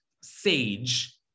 sage